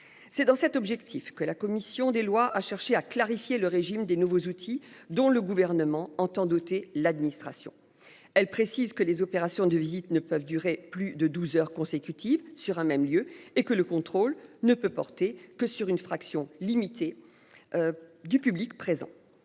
C'est dans cet objectif que la commission des lois a cherché à clarifier le régime des nouveaux outils dont le gouvernement entend doter l'administration elle précise que les opérations de visite ne peuvent durer plus de 12h consécutives sur un même lieu et que le contrôle ne peut porter que sur une fraction limitée. Du public présent